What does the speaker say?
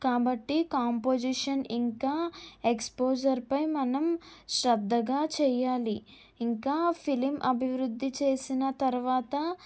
కాబట్టి కాంపోజిషన్ ఇంకా ఎక్స్పోజర్ పై మనం శ్రద్ధగా చెయాలి ఇంకా ఫిలిం అభివృద్ధి చేసిన తర్వాత